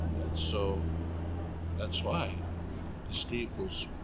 and so that's why the steeples.